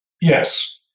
Yes